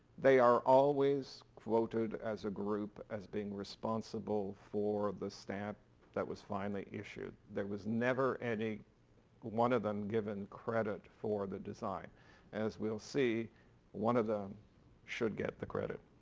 they are always quoted as a group as being responsible for the stamp that was finally issued. there was never any one of them given credit for the design as we'll see one of them should get the credit.